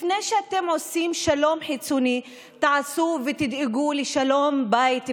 לפני שאתם עושים שלום חיצוני תעשו ותדאגו לשלום בית פנימי.